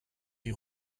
die